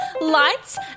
lights